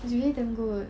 it's really damn good